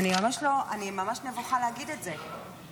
אני ממש נבוכה להגיד את זה.